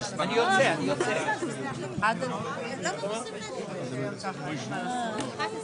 13:25) אני מחדש את הישיבה על בקשה לדיון מחדש על תקנות שר האוצר: